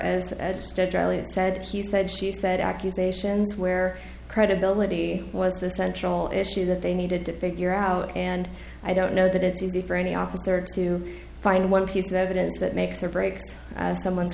i said she said she said accusations where credibility was the central issue that they needed to figure out and i don't know that it's easy for any officer to find one piece of evidence that makes or breaks someone's